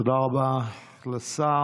תודה רבה לשר.